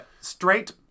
straight